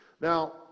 Now